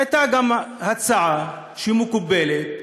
הייתה גם הצעה שמקובלת,